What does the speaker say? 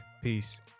Peace